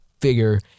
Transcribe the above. figure